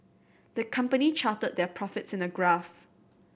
the company charted their profits in a graph